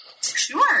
Sure